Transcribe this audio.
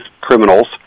criminals